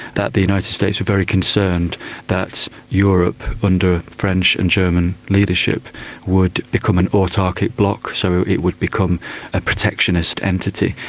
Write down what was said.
that the united states were very concerned that europe under french and german leadership would become an autarchic bloc, so it would become a protectionist entity.